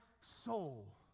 soul